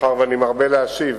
מאחר שאני מרבה להשיב,